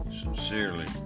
sincerely